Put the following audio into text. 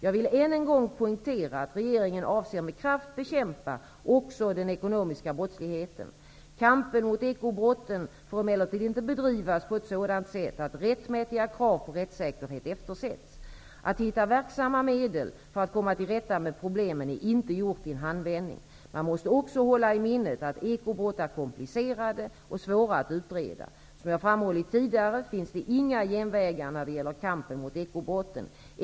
Jag vill än en gång poängtera att regeringen avser att med kraft bekämpa också den ekonomiska brottsligheten. Kampen mot ekobrotten får emellertid inte bedrivas på ett sådant sätt att rättmätiga krav på rättssäkerhet eftersätts. Att hitta verksamma medel för att komma till rätta med problemen är inte gjort i en handvändning. Man måste också hålla i minnet att ekobrott är komplicerade och svåra att utreda. Som jag framhållit tidigare finns det inga genvägar när det gäller kampen mot ekobrotten.